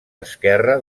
esquerre